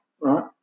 Right